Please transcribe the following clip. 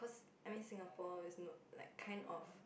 I mean Singapore is not like kind of